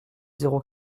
zéro